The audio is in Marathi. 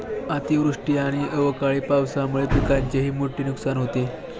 अतिवृष्टी आणि अवकाळी पावसामुळे पिकांचेही मोठे नुकसान होते